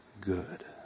good